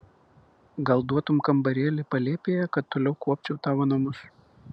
gal duotum kambarėlį palėpėje kad toliau kuopčiau tavo namus